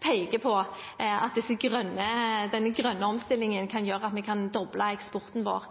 peker på at den grønne omstillingen kan gjøre at vi kan doble eksporten vår